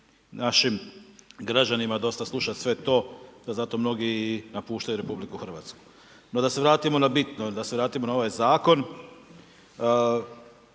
našim građanima dosta slušati sve to, pa zato mnogi i napuštaju Republiku Hrvatsku. No, da se vratimo na bitno, da se vratimo na ovaj zakon.